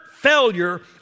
failure